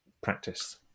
practice